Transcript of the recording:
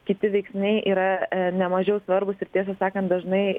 kiti veiksniai yra nemažiau svarbūs ir tiesą sakant dažnai